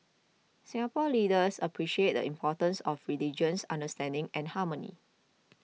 Singapore leaders appreciate the importance of religious understanding and harmony